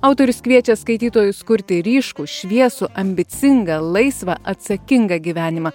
autorius kviečia skaitytojus kurti ryškų šviesų ambicinga laisvą atsakingą gyvenimą